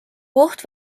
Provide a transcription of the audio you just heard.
oht